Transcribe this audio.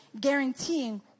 guaranteeing